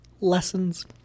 Lessons